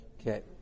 Okay